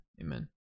amen